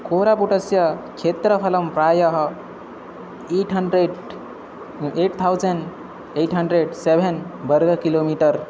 कोरापुटस्य क्षेत्रफलं प्रायः eight hundred eight thousand eight hundred seven वर्ग किलो मीटर्